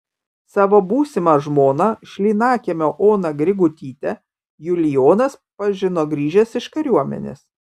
savo būsimą žmoną šlynakiemio oną grigutytę julijonas pažino grįžęs iš kariuomenės